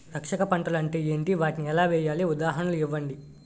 రక్షక పంటలు అంటే ఏంటి? వాటిని ఎలా వేయాలి? ఉదాహరణలు ఇవ్వండి?